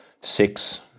six